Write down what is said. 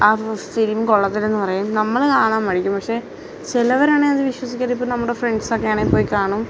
ആ ഫ് ഫിലിം കൊള്ളത്തില്ല എന്ന് പറയും നമ്മള് കാണാന് മടിക്കും പക്ഷെ ചിലവര് ആണേൽ അത് വിശ്വസിക്കാതെ ഇപ്പോൾ നമ്മുടെ ഫ്രണ്ട്സൊക്കെ ആണേൽ പോയി കാണും